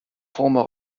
former